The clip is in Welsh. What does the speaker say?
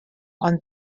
ond